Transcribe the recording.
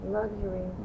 luxury